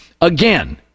again